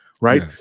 right